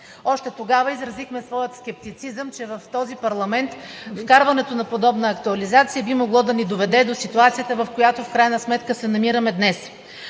Още тогава изразихме своя скептицизъм, че в този парламент вкарването на подобна актуализация би могло да ни доведе до ситуацията, в която в крайна сметка се намираме днес.